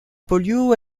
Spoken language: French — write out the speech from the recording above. polio